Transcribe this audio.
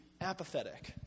apathetic